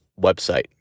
website